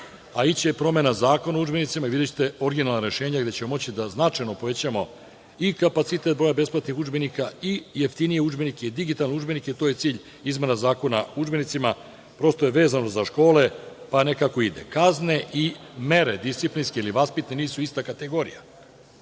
će i promena Zakona o udžbenicima i videćete originalna rešenja, gde ćemo moći da značajno povećamo i kapacitet broja besplatnih udžbenika i jeftinije udžbenike i digitalne udžbenike. To je cilj izmena Zakona o udžbenicima. Prosto je vezano za škole, pa nekako ide. Kazne i mere disciplinske ili vaspitne nisu ista kategorija.